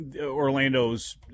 Orlando's